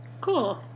Cool